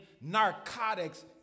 narcotics